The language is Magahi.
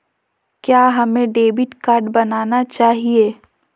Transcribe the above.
क्या हमें डेबिट कार्ड बनाना चाहिए?